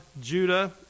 Judah